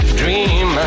dream